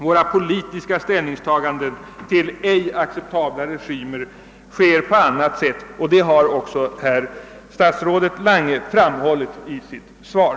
Våra politiska ställningstaganden till ej acceptabla regimer får ta sig andra uttryck och i andra former. Det har också herr statsrådet Lange framhållit i sitt svar.